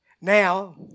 Now